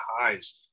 highs